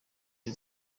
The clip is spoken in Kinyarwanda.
iri